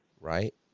right